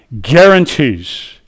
guarantees